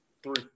Three